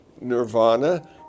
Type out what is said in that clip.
nirvana